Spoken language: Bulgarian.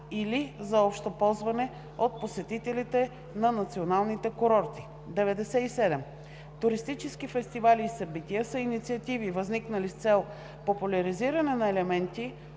или за общо ползване от посетителите на националните курорти. 97. „Туристически фестивали и събития“ са инициативи, възникнали с цел популяризиране на елементи